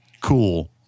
Cool